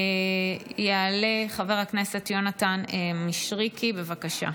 יעלה חבר הכנסת יונתן מישרקי, בבקשה.